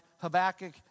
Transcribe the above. Habakkuk